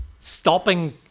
stopping